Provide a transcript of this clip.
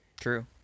True